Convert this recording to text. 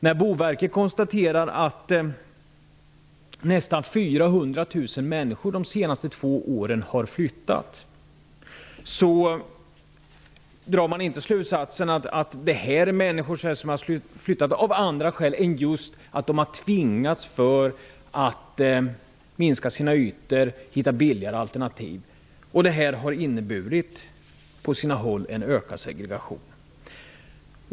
När Boverket konstaterar att nästan 400 000 människor de senaste två åren har flyttat, drar man inte slutsatsen att de har flyttat av andra skäl än just av att de har tvingats att minska sina boendeytor och hitta billigare alternativ. Det har inneburit på sina håll en ökad segregation.